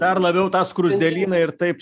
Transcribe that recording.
dar labiau tą skruzdėlyną ir taip